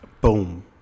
Boom